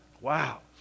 Wow